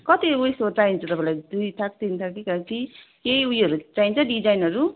कति उएसको चाहिन्छ तपाईँलाई दुई थाक तिन थाक कि कति केही उयोहरू चाहिन्छ डिजाइनहरू